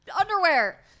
underwear